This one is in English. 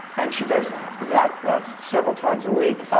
and she does that several times a week.